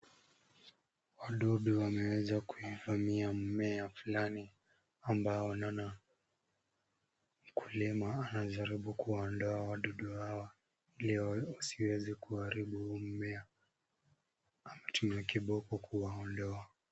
Wadudu wameweza kuivamia mumea fulani ambao naona mkulima anajaribu kuwaondoa wadudu hawa ili wasiweze kuharibu huu mmea. Ametumia kiboko kuwaondoa.